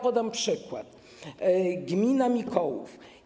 Podam przykład: gmina Mikołów.